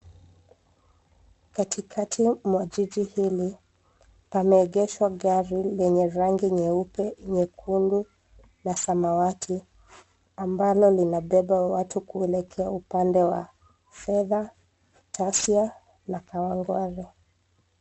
Katikati mwa jiji hili, pameegeshwa gari, lenye rangi nyeupe, nyekundu, na samawati, ambalo linabeba watu kuelekea upande wa Fedha, Tassia, na Kawangware.